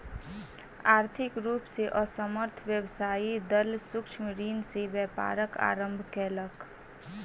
आर्थिक रूप से असमर्थ व्यवसायी दल सूक्ष्म ऋण से व्यापारक आरम्भ केलक